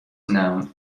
known